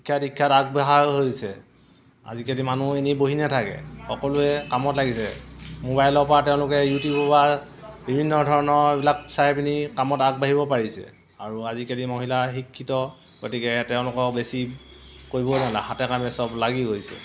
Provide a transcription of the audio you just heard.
শিক্ষাত দীক্ষাত আগবঢ়াও হৈছে আজিকালি মানুহ এনেই বহি নেথাকে সকলোৱে কামত লাগিছে মোবাইলৰ পৰা তেওঁলোকে ইউটিউবৰ পৰা বিভিন্ন ধৰণৰ এইবিলাক চাই পিনি কামত আগবাঢ়িব পাৰিছে আৰু আজিকালি মহিলা শিক্ষিত গতিকে তেওঁলোকক বেছি কৰিবও জানে হাতে কামে সব লাগি গৈছে